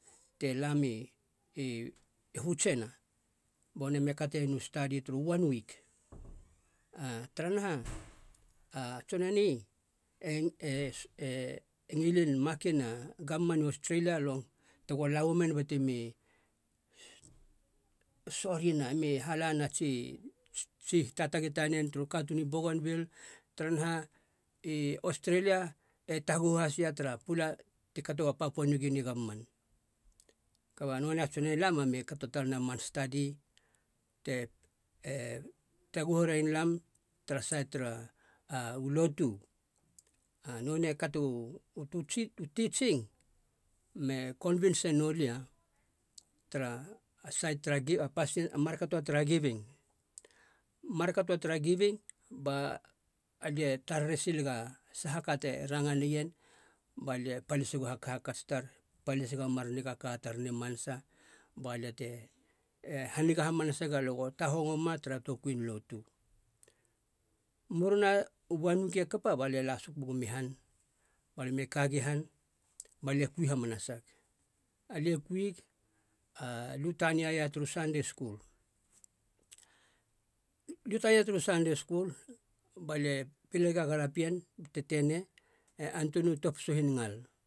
Te lami i hutjena bo nonei me katena u stadi turu one wik taranaha a tson eni e- e- e ngilin makin a gomman nu australia long tego la ua men bate mi sorina, me halana tsi- tsi tatagi tanen turu katuun i bougainville. taranaha i australia e taguhu has ia tara pula ti kato a papua niugunea gomma. Kaba nonei a tson e lama me kato talena man stadi te taguhu raen lam tara sait tara u lotu. nonei e katu toa u titsing me konbinse noulia tara sait tara markato tara gibing. Markato tara gibing ba lie tarere silega sa ka te ranga nien balie palisegu hakhakats tar, paliseg a mar nikaka tar ni manasa balia te e haniga hamaseg alia go tahongo ma tara toukuin lotu. Muruna u one wik e kapa balie la soku gumi i han, balia me kagi han balia kui hamanasag. Alia e kuig, aliu taniaia turu sande skul liu kaia turu sande skul, balie pelega galapien tetenei, e antunu topisu hiningal.